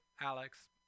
Alex